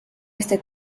este